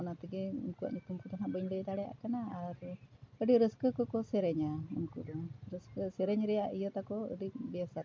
ᱚᱱᱟ ᱛᱮᱜᱮ ᱩᱱᱠᱩᱭᱟᱜ ᱧᱩᱛᱩᱢ ᱠᱚᱫᱚ ᱦᱟᱸᱜ ᱵᱟᱹᱧ ᱞᱟᱹᱭ ᱫᱟᱲᱮᱭᱟᱜ ᱠᱟᱱᱟ ᱟᱨ ᱟᱹᱰᱤ ᱨᱟᱹᱥᱠᱟᱹ ᱠᱚᱠᱚ ᱥᱮᱨᱮᱧᱟ ᱩᱱᱠᱩ ᱫᱚ ᱨᱟᱹᱥᱠᱟᱹ ᱥᱮᱨᱮᱧ ᱨᱮᱭᱟᱜ ᱤᱭᱟᱹ ᱛᱟᱠᱚ ᱟᱹᱰᱤ ᱵᱮᱥᱟ ᱛᱟᱠᱚᱣᱟ